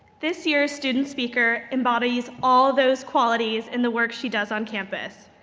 this year's student speaker embodies all those qualities in the work she does on campus.